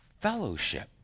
fellowship